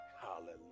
Hallelujah